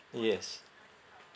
yes